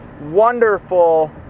wonderful